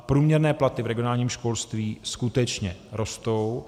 Průměrné platy v regionálním školství skutečně rostou.